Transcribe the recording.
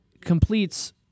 completes